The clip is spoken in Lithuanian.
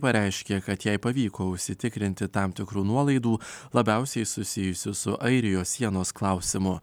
pareiškė kad jai pavyko užsitikrinti tam tikrų nuolaidų labiausiai susijusių su airijos sienos klausimu